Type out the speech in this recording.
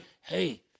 Hey